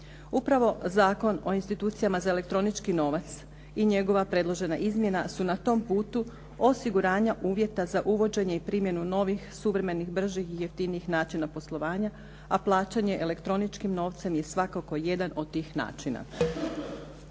Upravo Zakon o institucijama za elektronički novac i njegova predložena izmjena su na tom putu osiguranja uvjeta za uvođenje i primjenu novih suvremenih, bržih i jeftinijih načina poslovanja, a plaćanje elektroničkim novcem je svakako jedan od tih načina.